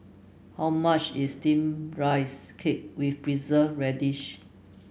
how much is steamed Rice Cake with Preserved Radish